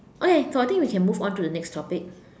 okay so I think we can move on to the next topic